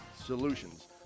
solutions